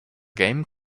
game